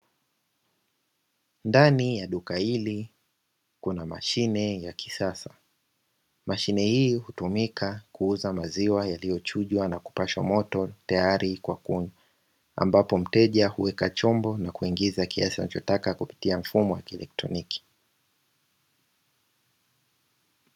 Ndani ya duka hili kuna mashine ya kisasa. Mashine hii hutumika kuuza maziwa yaliyochujwa na kupashwa moto tayari kwa kunywa, ambapo mteja huweka chombo na kuingiza kiasi anachotaka kupitia mfumo wa kielektroniki.